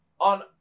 on